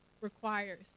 requires